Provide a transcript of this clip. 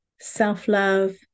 self-love